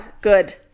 Good